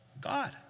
God